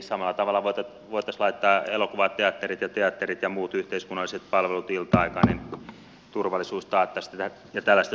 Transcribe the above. samalla tavalla voitaisiin laittaa elokuvateatterit ja teatterit ja muut yhteiskunnalliset palvelut kiinni ilta aikaan niin että turvallisuus taattaisiin